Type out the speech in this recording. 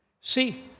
See